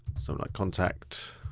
so like contact.